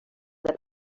that